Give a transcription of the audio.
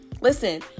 Listen